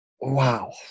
Wow